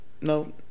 No